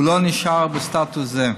הוא לא נשאר בסטטוס זה.